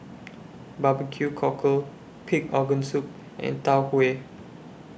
Bbq Cockle Pig Organ Soup and Tau Huay